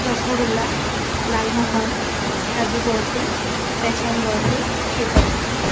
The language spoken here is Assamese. ৰসগোল্লা লালমোহন কাজু বৰ্ফী বেচন বৰ্ফী খীৰ কদম